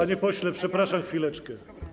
Panie pośle, przepraszam na chwileczkę.